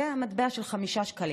כן, מטבע של 5 שקלים.